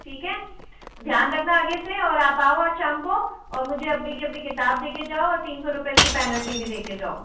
ठीक है ध्यान रखना आगे से और आप आओ आज शाम को और मुझे अभी के अभी किताब देके जाओ और तीन सौ रुपए इसकी पेनल्टी भी देके जाओ